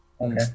Okay